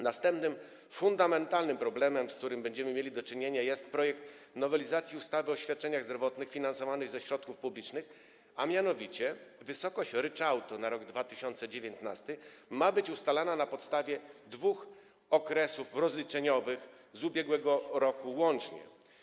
Następny, fundamentalny problem, z którym będziemy mieli do czynienia, wiąże się z projektem nowelizacji ustawy o świadczeniach zdrowotnych finansowanych ze środków publicznych, a mianowicie chodzi o wysokość ryczałtu na rok 2019, która ma być ustalana na podstawie dwóch okresów rozliczeniowych z ubiegłego roku łącznie.